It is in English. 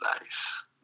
nice